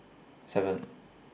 seven